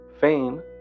fame